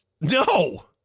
No